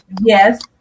Yes